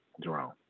Jerome